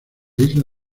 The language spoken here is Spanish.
isla